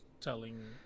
telling